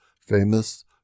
famous